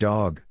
Dog